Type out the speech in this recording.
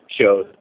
shows